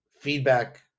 feedback